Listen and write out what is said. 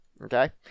Okay